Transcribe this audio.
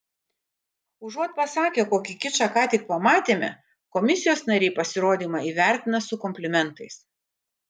užuot pasakę kokį kičą ką tik pamatėme komisijos nariai pasirodymą įvertina su komplimentais